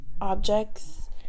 objects